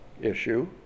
issue